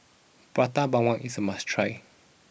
Prata Bawang is a must try